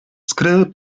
skry